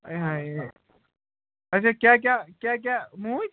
ۂے ہاے اچھا کیٛاہ کیٛاہ کیٛاہ کیٛاہ موٗدۍ